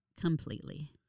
completely